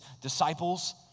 disciples